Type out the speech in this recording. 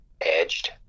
edged